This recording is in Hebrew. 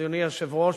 אדוני היושב-ראש,